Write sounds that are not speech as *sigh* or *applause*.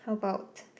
how about *noise*